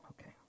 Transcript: Okay